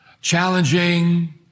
challenging